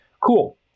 Cool